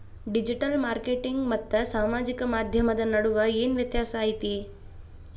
digital marketing ಮತ್ತ ಸಾಮಾಜಿಕ ಮಾಧ್ಯಮದ ನಡುವ ಏನ್ ವ್ಯತ್ಯಾಸ ಐತಿ